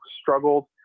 struggled